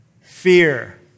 fear